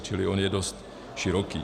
Čili on je dost široký.